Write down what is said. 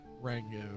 Rango